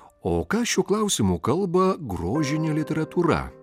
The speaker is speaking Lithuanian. o ką šiuo klausimu kalba grožinė literatūra